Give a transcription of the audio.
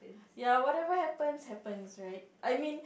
ya whatever happens happens right I mean